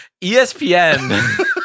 ESPN